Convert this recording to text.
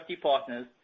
partners